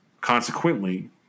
Consequently